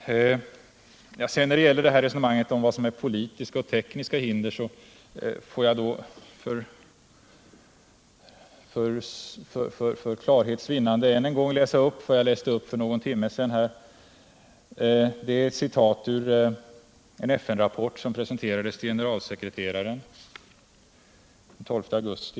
När det gäller resonemangen om vad som är politiska och tekniska hinder vill jag för klarhets vinnande än en gång läsa upp vad jag läste upp för någon timme sedan. Det var ett citat ur en FN-rapport som presenterades för generalsekreteraren den 12 augusti.